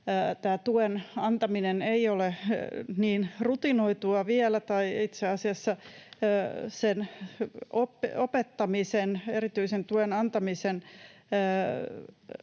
tuen antaminen ei ole niin rutinoitua vielä, tai itse asiassa sen erityisen tuen antamisen